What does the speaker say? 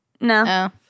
No